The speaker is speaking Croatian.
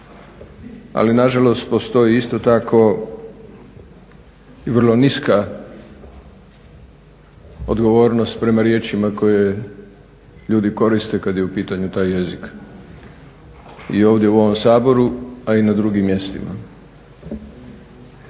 ali nažalost postoji isto tako i vrlo niska odgovornost prema riječima koje ljudi koriste kada u pitanju taj jezik i ovdje u ovom Saboru a i na drugim mjestima.